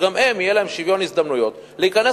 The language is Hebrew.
שגם הן יהיה להן שוויון הזדמנויות להיכנס